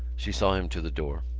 she saw him to the door.